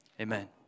Amen